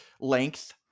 length